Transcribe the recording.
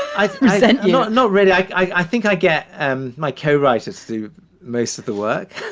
i said, not not really. i i think i get um my co-writer. it's the most of the work